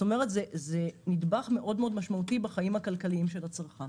כלומר זה נדבך משמעותי מאוד בחיים הכלכליים של הצרכן.